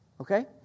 Okay